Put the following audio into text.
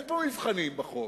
אין פה מבחנים בחוק.